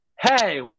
hey